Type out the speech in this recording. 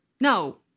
no